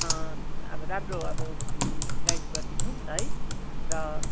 अब राम्रो अब गाइड गरिदिनु होस् है र